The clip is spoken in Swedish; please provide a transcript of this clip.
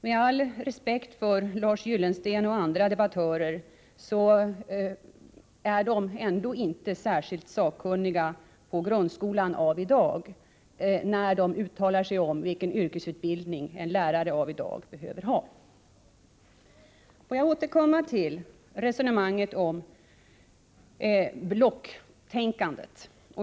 Med all respekt för Lars Gyllensten och andra debattörer vill jag säga att de ändå inte är särskilt sakkunniga i frågor som rör grundskolan av i dag när de uttalar sig om vilken yrkesutbildning en lärare behöver ha. Låt mig återkomma till resonemanget om ”blocktänkandet”.